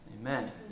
amen